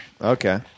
okay